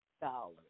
dollars